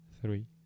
three